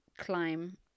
climb